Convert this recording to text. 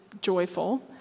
joyful